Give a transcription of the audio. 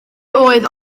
oedd